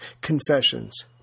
confessions